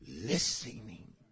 listening